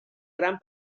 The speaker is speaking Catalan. gran